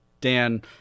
Dan